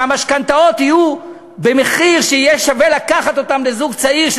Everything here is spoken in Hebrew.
שהמשכנתאות יהיו במחיר שיהיה שווה לזוג צעיר לקחת אותן,